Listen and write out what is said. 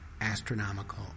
Astronomical